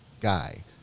guy